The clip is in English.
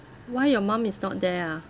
why your mum is not there ah